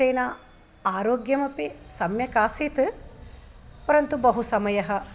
तेन आरोग्यमपि सम्यक् आसीत् परन्तु बहुसमयः